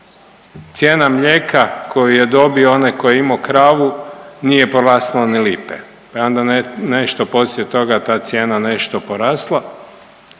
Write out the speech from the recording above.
cijena mlijeka koju je dobio onaj ko je imao kravu nije porasla ni lipe, pa je onda nešto poslije toga ta cijena nešto porasla,